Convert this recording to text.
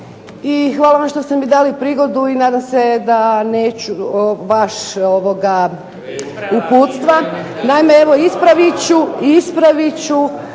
Hvala vam što ste mi dali prigodu i nadam se da neću baš uputstava.